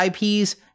IPs